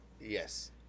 yes